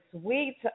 sweet